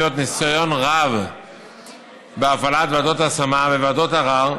ניסיון רב בהפעלת ועדות ההשמה וועדות ערר.